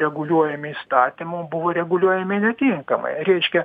reguliuojami įstatymu buvo reguliuojami netinkamai reiškia